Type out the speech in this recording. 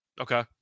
Okay